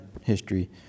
history